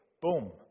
Boom